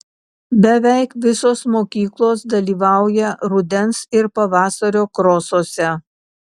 beveik visos mokyklos dalyvauja rudens ir pavasario krosuose